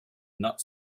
not